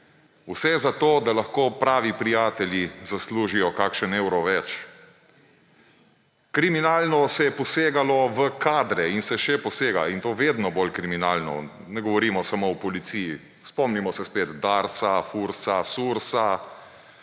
Vse za to, da lahko pravi prijatelji zaslužijo kakšen evro več. Kriminalno se je posegalo v kadre in se še posega, in to vedno bolj kriminalno, ne govorimo samo o Policiji. Spomnimo se spet Darsa, Fursa, Sursa,